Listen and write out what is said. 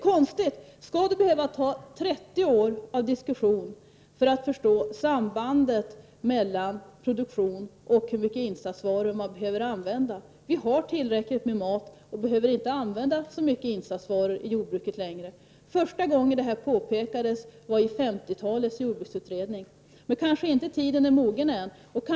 Skall det verkligen behövas 30 år av diskussion för att förstå sambandet mellan produktion och behovet av insatsvaror? Vi har tillräckligt med mat och behöver inte längre använda så mycket insatsvaror i jordbruket. Första gången detta påpekades var i 1950-talets jordbruksutredning. Men tiden är kanske inte mogen än.